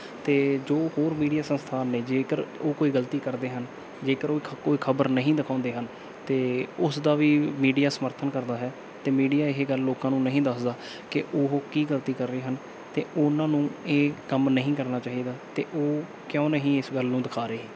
ਅਤੇ ਜੋ ਹੋਰ ਮੀਡੀਆ ਸੰਸਥਾਨ ਨੇ ਜੇਕਰ ਉਹ ਕੋਈ ਗਲਤੀ ਕਰਦੇ ਹਨ ਜੇਕਰ ਉਹ ਖ ਕੋਈ ਖਬਰ ਨਹੀਂ ਦਿਖਾਉਂਦੇ ਹਨ ਤਾਂ ਉਸ ਦਾ ਵੀ ਮੀਡੀਆ ਸਮਰਥਨ ਕਰਦਾ ਹੈ ਅਤੇ ਮੀਡੀਆ ਇਹ ਗੱਲ ਲੋਕਾਂ ਨੂੰ ਨਹੀਂ ਦੱਸਦਾ ਕਿ ਉਹ ਕੀ ਗਲਤੀ ਕਰ ਰਹੇ ਹਨ ਅਤੇ ਉਹਨਾਂ ਨੂੰ ਇਹ ਕੰਮ ਨਹੀਂ ਕਰਨਾ ਚਾਹੀਦਾ ਅਤੇ ਉਹ ਕਿਉਂ ਨਹੀਂ ਇਸ ਗੱਲ ਨੂੰ ਦਿਖਾ ਰਹੇ